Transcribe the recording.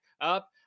up